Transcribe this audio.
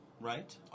right